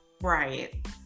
Right